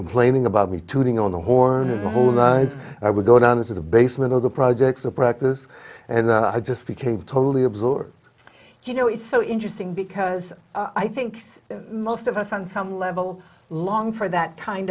complaining about me tuning on the horn and volna and i would go down to the basement of the projects or practice and i just became totally absorbed you know it's so interesting because i think most of us on some level long for that kind